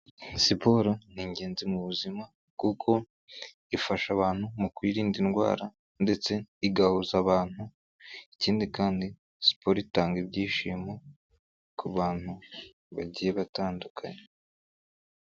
Siporo ni ingenzi mu buzima kuko ifasha abantu mu kwirinda indwara ndetse igahuza abantu, ikindi kandi siporo itanga ibyishimo, ku bantu bagiye batandukanye.